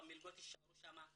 והמלגות יישארו שם,